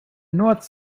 north